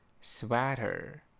Sweater